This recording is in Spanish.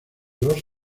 los